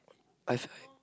I find